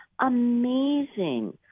amazing